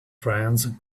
friends